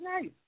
nice